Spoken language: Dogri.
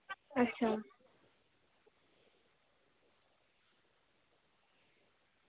अच्छा